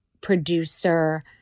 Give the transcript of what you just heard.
producer